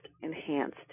enhanced